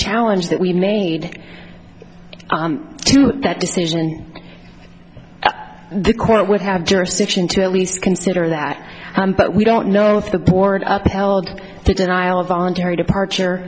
challenge that we made to that decision the court would have jurisdiction to at least consider that but we don't know if the board up held the denial of voluntary departure